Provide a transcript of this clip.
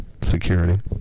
Security